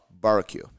Barbecue